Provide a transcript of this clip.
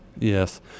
Yes